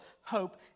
hope